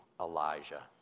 Elijah